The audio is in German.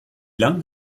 lang